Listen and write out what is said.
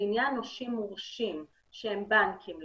לעניין נושים מורשים שהם בנקים למשל.